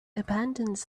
abandons